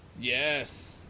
Yes